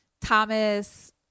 Thomas